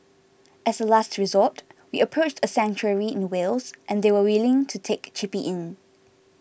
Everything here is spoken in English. as a last resort we approached a sanctuary in Wales and they were willing to take Chippy in